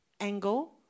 angle